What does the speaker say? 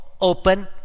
open